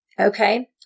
Okay